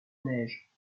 neige